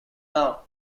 now